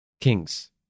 kings